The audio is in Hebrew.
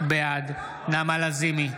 בעד נעמה לזימי,